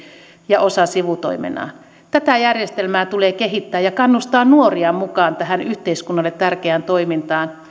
ja osa sivutoimenaan tätä järjestelmää tulee kehittää ja kannustaa nuoria mukaan tähän yhteiskunnalle tärkeään toimintaan